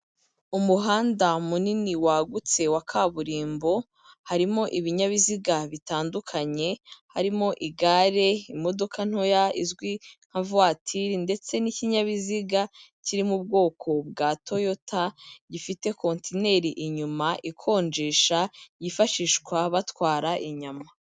Umuhanda munini wagutse wa kaburimbo harimo ibinyabiziga bitandukanye harimo igare imodoka ntoya izwi nka voturi ndetse n'ikinyabiziga kiri mu bwoko bwa toyota gifite kontineri inyuma ikonjesha yifashishwa batwara inyama.